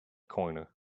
corner